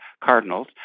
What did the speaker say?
cardinals